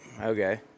Okay